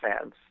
fans